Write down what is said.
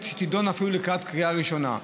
שהיא תידון בה אפילו לקראת הקריאה הראשונה,